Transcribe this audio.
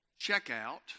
checkout